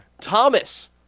Thomas